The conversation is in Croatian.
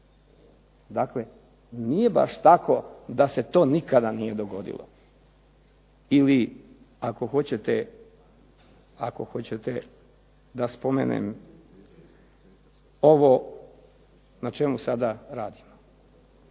Dakle, nije baš tako da se to nikada nije dogodilo. Ili ako hoćete da spomenem ovo na čemu sada radimo.